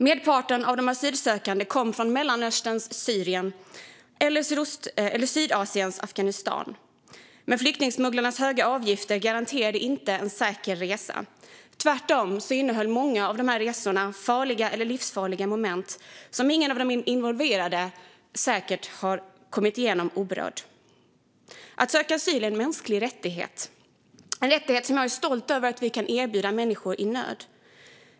Merparten av de asylsökande kom från Mellanösterns Syrien eller Sydasiens Afghanistan. Men flyktingsmugglarnas höga avgifter garanterade inte en säker resa. Tvärtom innehöll många av dessa resor farliga eller livsfarliga moment som säkert ingen av de involverade har kommit igenom oberörd. Att söka asyl är en mänsklig rättighet, en rättighet som jag är stolt över att vi kan erbjuda människor i nöd.